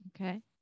Okay